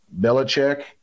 Belichick